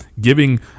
giving